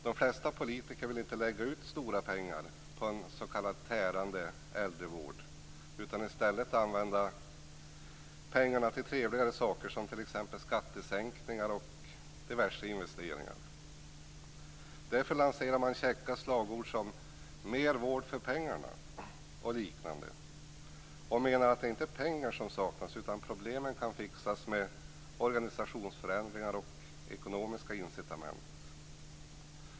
De flesta politiker vill inte lägga ut stora pengar på en s.k. tärande äldrevård utan i stället använda dem till trevligare saker, såsom t.ex. skattesänkningar och diverse investeringar. Därför lanserar man käcka slagord som Mer vård för pengarna och liknande. Man menar att det inte är pengar som saknas utan att problemen kan fixas med organisationsförändringar och ekonomiska incitament.